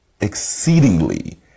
exceedingly